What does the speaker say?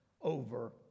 over